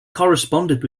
corresponded